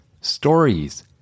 stories